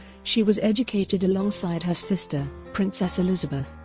she was educated alongside her sister, princess elizabeth,